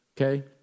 okay